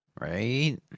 right